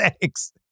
Thanks